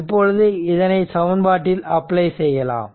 இப்பொழுது இதனை சமன்பாட்டில் அப்ளை செய்யலாம்